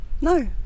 No